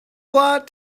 lot